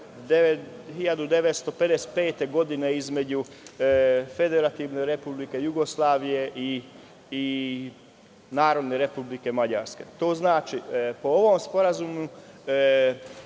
1955. godine između Federativne Republike Jugoslavije i Narodne Republike Mađarske. Znači, po ovom sporazumu